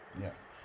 Yes